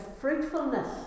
fruitfulness